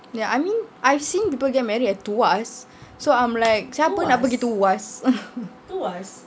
ya I mean I've seen people get married at tuas so I'm like siapa nak pergi tuas